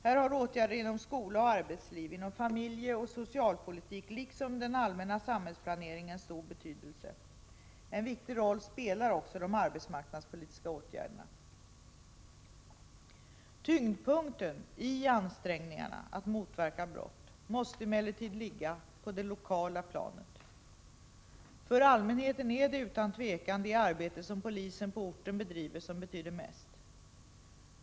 Här har åtgärder inom skola och arbetsliv, inom familjeoch socialpolitik liksom inom den allmänna samhällsplaneringen stor betydelse. En viktig roll spelar också de arbetsmarknadspolitiska åtgärderna. Tyngdpunkten i ansträngningarna att motverka brott måste emellertid ligga på det lokala planet. För allmänheten är det utan tvivel det arbete som polisen på orten bedriver som betyder mest.